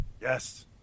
yes